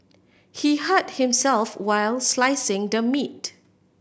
he hurt himself while slicing the meat